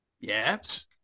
yes